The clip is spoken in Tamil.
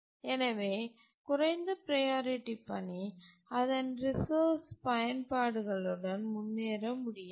எனவே குறைந்த ப்ரையாரிட்டி பணி அதன் ரிசோர்ஸ் பயன்பாடுகளுடன் முன்னேற முடியாது